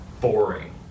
boring